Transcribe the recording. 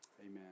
Amen